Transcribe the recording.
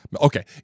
Okay